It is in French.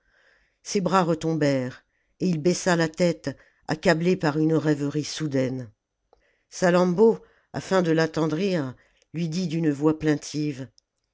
ses bras retombèrent et il baissa la tête accablé par une rêverie soudaine salammbô afin de l'attendrir lui dit d'une voix plaintive